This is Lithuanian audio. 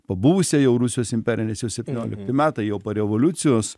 pabuvusią jau rusijos imperiją nes jau septyniolikti metai jau po revoliucijos